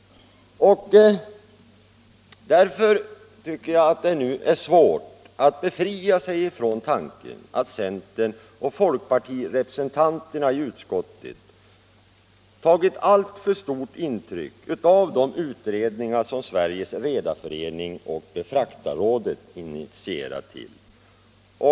Därför är det nu svårt att befria sig från tanken att centeroch folkpartirepresentanterna i utskottet har tagit alltför stort intryck av de utredningar som Sveriges redareförening och Befraktarrådet initierat.